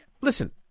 listen